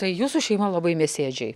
tai jūsų šeima labai mėsėdžiai